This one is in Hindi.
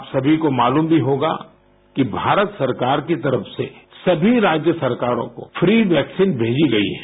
आप समी को मालूम भी होगा किभारत सरकार की तरफ से समी राज्य सरकारों को फ्री वैक्सीन मेजी गई है